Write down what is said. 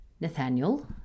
Nathaniel